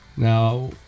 Now